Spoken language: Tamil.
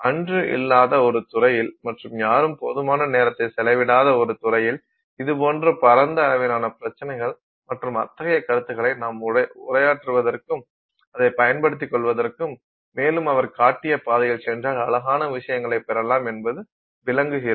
அன்று இல்லாத ஒரு துறையில் மற்றும் யாரும் போதுமான நேரத்தை செலவிடாத ஒரு துறையில் இதுபோன்ற பரந்த அளவிலான பிரச்சினைகள் மற்றும் அத்தகைய கருத்துக்களை நாம் உரையாற்றுவதற்கும் அதை பயன்படுத்திக் கொள்வதற்கும் மேலும் அவர் காட்டிய பாதையில் சென்றால் அழகான விஷயங்களை பெறலாம் என்பது விளங்குகிறது